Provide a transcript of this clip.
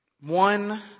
one